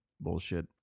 bullshit